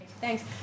Thanks